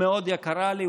היא מאוד יקרה לי,